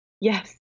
yes